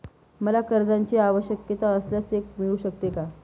मला कर्जांची आवश्यकता असल्यास ते मिळू शकते का?